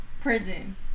Prison